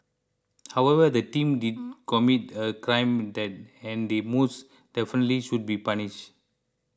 however the team did commit a crime that and they most definitely should be punished